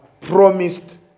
promised